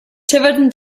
tiverton